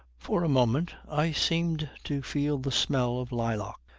for a moment i seemed to feel the smell of lilac.